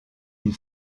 une